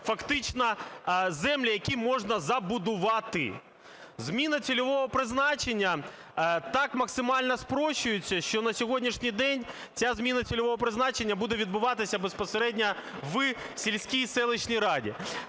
фактично землі, які можна забудувати. Зміна цільового призначення так максимально спрощується, що на сьогоднішній день ця зміна цільового призначення буде відбуватися безпосередньо в сільській, селищній раді.